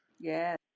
Yes